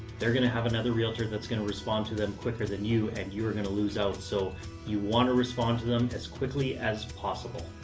they're going to have another realtor that's going to respond to them quicker than you and you're going to lose out, so you want to respond to them as quickly as possible.